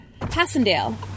Passendale